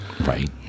Right